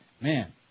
Man